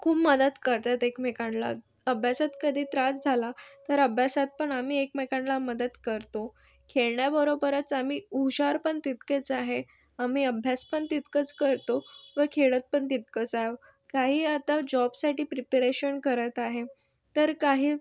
खूप मदत करतात एकमेकांना अभ्यासात कधी त्रास झाला तर अभ्यासात पण आम्ही एकमेकांना मदत करतो खेळण्याबरोबरच आम्ही हुशार पण तितकेच आहे आम्ही अभ्यास पण तितकंच करतो व खेळत पण तितकेच आहोत काही आता जॉबसाठी प्रिपरेशन करत आहे तर काही